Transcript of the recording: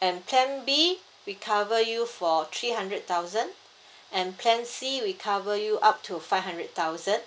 and plan B we cover you for three hundred thousand and plan C we cover you up to five hundred thousand